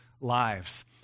lives